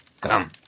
Come